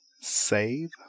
save